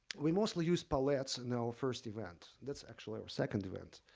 we mostly use pallets in our first event. that's actually our second event.